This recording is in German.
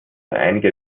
einige